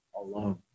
alone